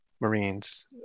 marines